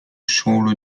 solo